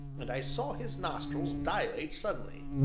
and i saw his nostrils dilate suddenly.